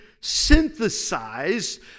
synthesized